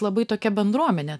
labai tokia bendruomenė